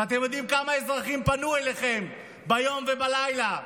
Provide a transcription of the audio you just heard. ואתם יודעים כמה אזרחים פנו אליכם ביום ובלילה,